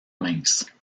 minces